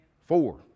four